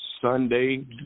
Sunday